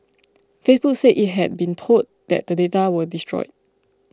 Facebook said it had been told that the data were destroyed